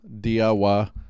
DIY